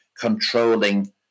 controlling